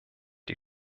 die